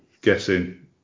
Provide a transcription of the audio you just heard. guessing